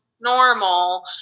normal